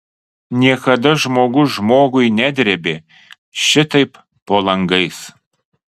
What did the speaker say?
niekada žmogus žmogui nedrėbė šitaip po langais